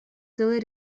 целый